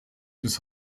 bis